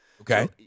Okay